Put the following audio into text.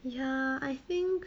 ya I think